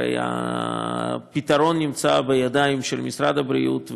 הרי הפתרון נמצא בידיים של משרד הבריאות,